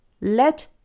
Let